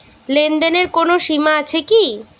লেনদেনের কোনো সীমা আছে কি?